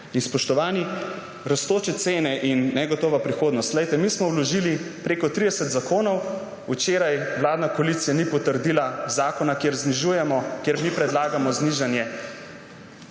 Spoštovani, rastoče cene in negotova prihodnost. Mi smo vložili prek 30 zakonov, včeraj vladna koalicija ni potrdila zakona, kjer znižujemo, kjer mi predlagamo znižanje